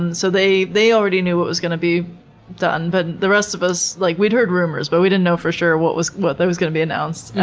and so they they already knew what was going to be done. but the rest of us, like we'd heard rumors but we didn't know for sure what was what was going to be announced.